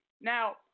Now